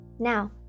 Now